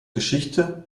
geschichte